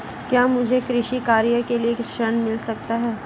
क्या मुझे कृषि कार्य के लिए ऋण मिल सकता है?